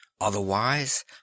Otherwise